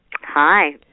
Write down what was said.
hi